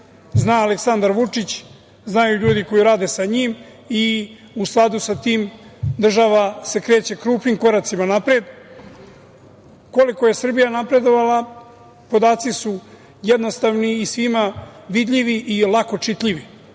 zna Aleksandar Vučić, znaju ljudi koji rade sa njim i u skladu sa tim država se kreće krupnim koracima napred. Koliko je Srbija napredovala, podaci su jednostavni, svima vidljivi i lako čitljivi.